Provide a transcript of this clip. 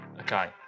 Okay